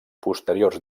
posteriors